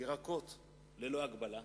ירקות ללא הגבלה,